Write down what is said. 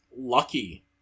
lucky